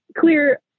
clear